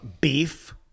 beef